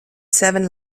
seven